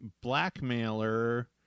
blackmailer